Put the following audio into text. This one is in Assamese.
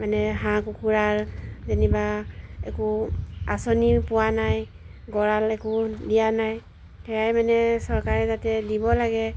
মানে হাঁহ কুকুৰাৰ যেনিবা একো আঁচনি পোৱা নাই গঁৰাল একো দিয়া নাই সেয়াই মানে চৰকাৰে যাতে দিব লাগে